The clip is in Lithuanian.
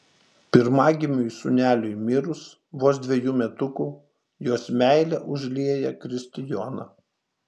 pirmagimiui sūneliui mirus vos dvejų metukų jos meilė užlieja kristijoną